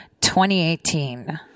2018